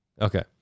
Okay